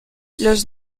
los